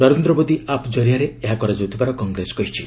Narendra Modi app ଜରିଆରେ ଏହା କରାଯାଉଥିବାର କଂଗ୍ରେସ କହିଛି